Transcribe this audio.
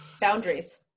boundaries